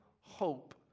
hope